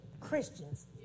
Christians